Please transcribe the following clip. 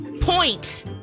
Point